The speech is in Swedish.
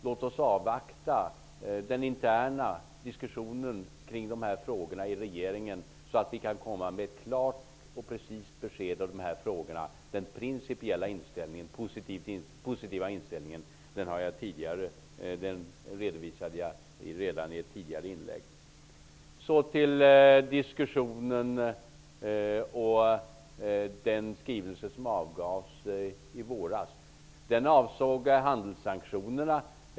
Låt oss avvakta den interna diskussionen kring dessa frågor i regeringen, så att vi kan komma med ett klart och precist besked i dessa frågor. Men den principiellt positiva inställningen har jag redovisat i ett tidigare inlägg. Så till diskussionen om den skrivelse som avgavs i våras. Den avsåg handelssanktionerna.